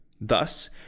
Thus